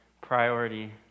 priority